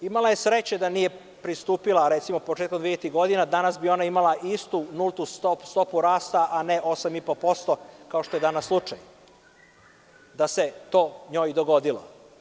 Imala je sreće da nije pristupila, recimo početkom 2000-ih godina, danas bi imala istu nultu stopu rasta, a ne 8,5%, kao što je danas slučaj, da se njoj to dogodilo.